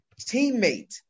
teammate